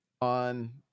on